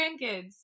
grandkids